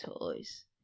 toys